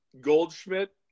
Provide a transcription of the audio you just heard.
Goldschmidt